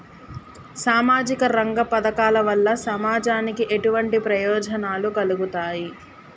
సామాజిక రంగ పథకాల వల్ల సమాజానికి ఎటువంటి ప్రయోజనాలు కలుగుతాయి?